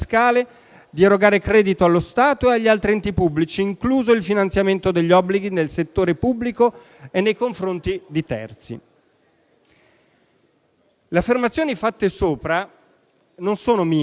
di erogare credito allo Stato e agli altri enti pubblici, incluso il finanziamento degli obblighi al settore pubblico nei confronti dei terzi». Le affermazioni fatte sopra non sono mie;